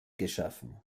geschaffen